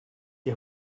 die